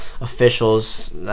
officials